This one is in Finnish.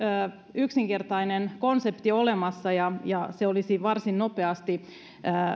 yksinkertainen konsepti olemassa ja ja se olisi varsin nopeasti